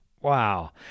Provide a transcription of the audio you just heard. Wow